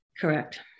correct